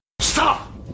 Stop